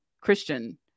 Christian